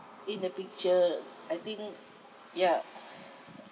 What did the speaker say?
in the picture I think ya